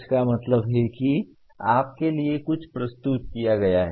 इसका मतलब है कि आपके लिए कुछ प्रस्तुत किया गया है